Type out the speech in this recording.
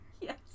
Yes